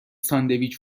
ساندویچ